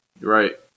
Right